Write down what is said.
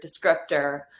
descriptor